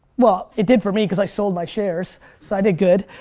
well it did for me because i sold my shares, so i did good.